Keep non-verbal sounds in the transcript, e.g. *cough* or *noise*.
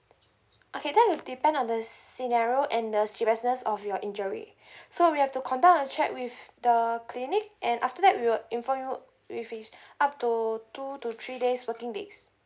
okay that will depend on the scenario and the seriousness of your injury *breath* so we have to conduct a check with the clinic and after that we will inform you if it's up to two to three days working days